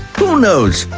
who knows,